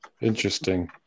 interesting